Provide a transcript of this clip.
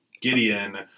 Gideon